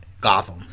Gotham